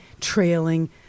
trailing